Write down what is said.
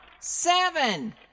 seven